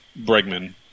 Bregman